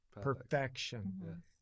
perfection